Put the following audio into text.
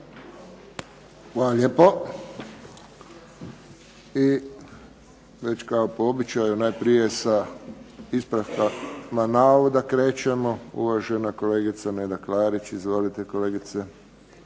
Hvala lijepo. Već kao po običaju najprije sa ispravcima navoda krećemo. Uvažena kolegica Neda Klarić. Izvolite kolegice.